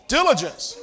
Diligence